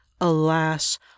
Alas